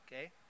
okay